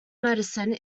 medicine